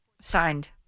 signed